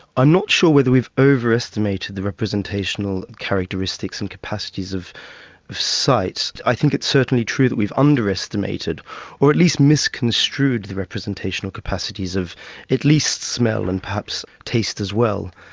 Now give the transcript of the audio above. i'm not sure whether we've other-estimated the representational characteristics and capacities of sight. i think it's certainly true that we've under-estimated or at least misconstrued the representational capacities of at least smell, and perhaps taste as well.